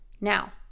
Now